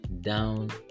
down